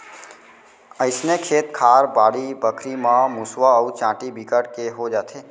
अइसने खेत खार, बाड़ी बखरी म मुसवा अउ चाटी बिकट के हो जाथे